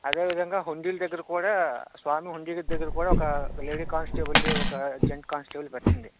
అదేవిధంగా హుండీలదగ్గర కూడా స్వామి హుండీదగ్గర కూడా ఒక లేడీ కానిస్టేబుల్ని ఒక జెంట్ కానిస్టేబుల్ పెట్టండి